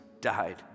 died